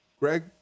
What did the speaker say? Greg